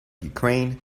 ukraine